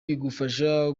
bigufasha